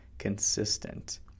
Consistent